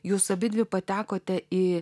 jūs abidvi patekote į